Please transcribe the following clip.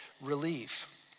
relief